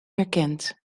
herkent